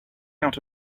out